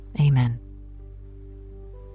Amen